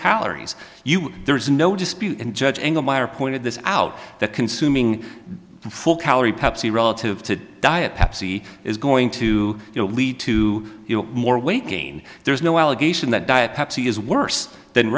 calories you there's no dispute in judging a minor pointed this out that consuming full calorie pepsi relative to diet pepsi is going to lead to more weight gain there's no allegation that diet pepsi is worse than